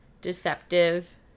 Deceptive